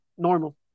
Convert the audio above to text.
normal